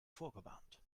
vorgewarnt